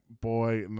boy